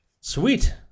Sweet